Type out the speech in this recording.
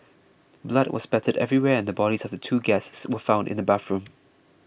blood was spattered everywhere and the bodies of the two guests were found in the bathroom